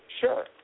Sure